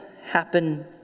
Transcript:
happen